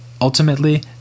Ultimately